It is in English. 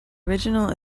original